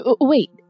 Wait